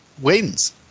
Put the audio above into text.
wins